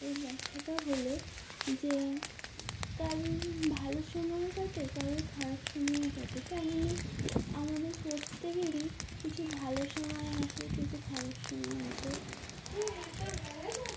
এর ব্যাখ্যাটা হলো যে কারোর ভালো সময় কাটে কারোর খারাপ সময় কাটে তেমনি আমাদের প্রত্যেকেরই কিছু ভালো সময় আসে কিছু খারাপ সময় আসে